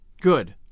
Good